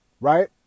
right